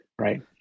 right